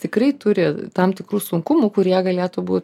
tikrai turi tam tikrų sunkumų kurie galėtų būt